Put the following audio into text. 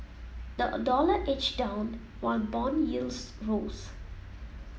the a dollar edged down while bond yields rose